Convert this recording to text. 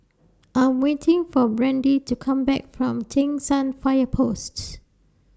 I'm waiting For Brandi to Come Back from Cheng San Fire Posts